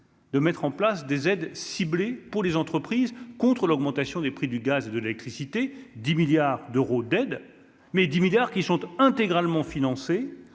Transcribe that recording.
de mettre en place des aides ciblées pour les entreprises contre l'augmentation des prix du gaz, de l'électricité 10 milliards d'euros d'aide, mais 10 milliards qui sont intégralement financés